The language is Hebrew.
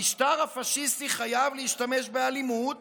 המשטר הפשיסטי חייב להשתמש באלימות